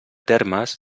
termes